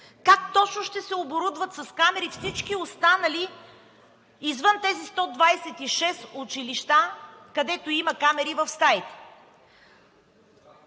Как точно ще оборудват с камери всички останали извън тези 126 училища, където има камери в стаите?